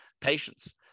patients